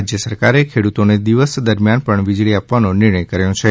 રાજ્ય સરકારે ખેડૂતોને દિવસ દરમિયાન પણ વીજળી આપવાનો નિર્ણય કર્યો છે